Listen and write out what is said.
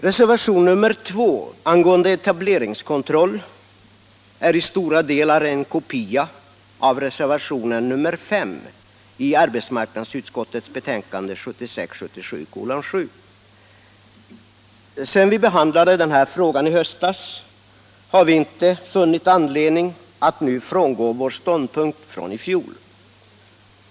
Reservationen 2 angående etableringskontroll är i stora delar en kopia av reservationen 5 i arbetsmarknadsutskottets betänkande 1976/77:7. Vi behandlade frågan i höstas och har inte funnit anledning att nu frångå vår ståndpunkt då.